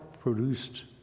produced